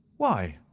why,